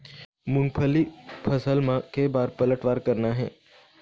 मूंगफली फसल म के बार पलटवार करना हे?